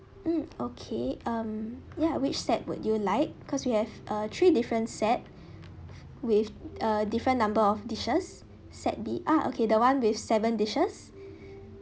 mm okay um ya which set would you like because we have uh three different set with a different number of dishes set b ah okay the one with seven dishes